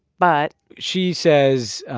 but. she says,